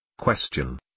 Question